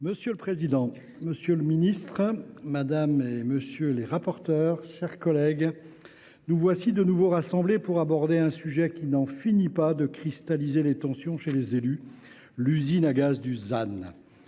Monsieur le président, monsieur le ministre, mes chers collègues, nous voilà de nouveau rassemblés pour aborder un sujet qui n’en finit pas de cristalliser les tensions chez les élus : l’usine à gaz qu’est